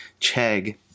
Chegg